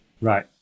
Right